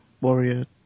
Warrior